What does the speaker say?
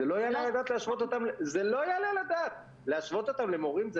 זה לא יעלה על הדעת להשוות אותם למורים...